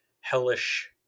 hellish